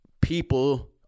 people